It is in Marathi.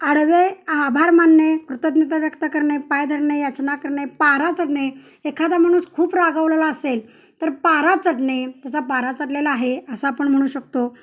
आडवे आभार मानणे कृतज्ञता व्यक्त करणे पाय धरणे याचना करणे पारा चढणे एखादा माणूस खूप रागवलेला असेल तर पारा चढणे त्याचा पारा चढलेला आहे असं आपण म्हणू शकतो